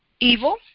evil